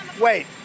Wait